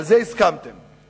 חוץ מדבר אחד שהם הסכימו עליו,